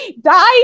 die